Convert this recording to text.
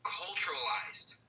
culturalized